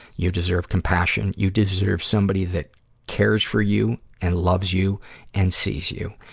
you deserve compassion. you deserve somebody that cares for you and loves you and sees you.